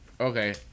Okay